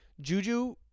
Juju